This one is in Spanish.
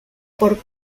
por